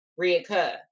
reoccur